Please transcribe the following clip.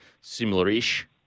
similar-ish